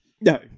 No